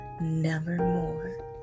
nevermore